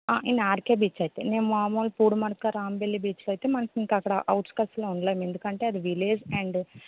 in RK beach అయితే మామూలు Pudimadaka Rambilli beach అయితే మనకి ఇంక అక్కడ అవుట్ స్కట్స్లో ఉండలేము ఎందుకుకంటే అది విలేజ్ అండ్